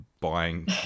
buying